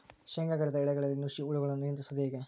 ಶೇಂಗಾ ಗಿಡದ ಎಲೆಗಳಲ್ಲಿ ನುಷಿ ಹುಳುಗಳನ್ನು ನಿಯಂತ್ರಿಸುವುದು ಹೇಗೆ?